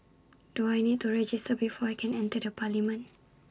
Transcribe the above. do I need to register before I can enter the parliament